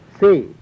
say